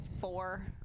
four